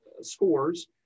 scores